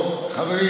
חברים,